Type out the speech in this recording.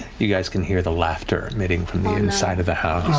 you guys can hear the laughter emitting from the inside of the